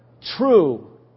true